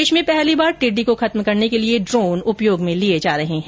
देश में पहली बार टिड्डी को खत्म करने के लिए ड्रोन उपयोग में लिए जा रहे हैं